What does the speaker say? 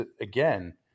again